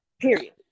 period